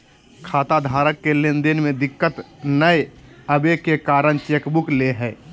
खाताधारक के लेन देन में दिक्कत नयय अबे के कारण चेकबुक ले हइ